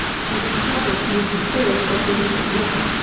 she discovers he is the spirit of a polluted river.